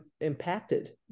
impacted